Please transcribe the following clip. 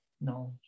Knowledge